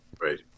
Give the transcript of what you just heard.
Right